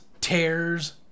tears